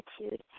attitude